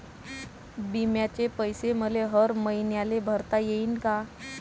बिम्याचे पैसे मले हर मईन्याले भरता येईन का?